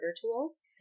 tools